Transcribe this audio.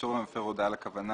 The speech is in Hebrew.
ימסור למפר הודעה על הכוונה